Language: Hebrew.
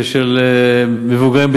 של מבוגרים,